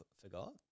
Forgot